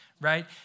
right